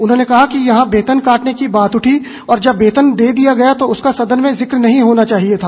उन्होंने कहा कि यहां वेतन काटने की बात उठी और जब वेतन दे दिया तो उसका सदन में जिक्र नहीं होना चाहिए था